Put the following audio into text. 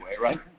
right